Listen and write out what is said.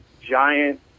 giant